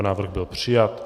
Návrh byl přijat.